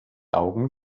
augen